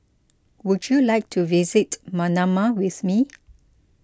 would you like to visit Manama with me